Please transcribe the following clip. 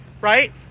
right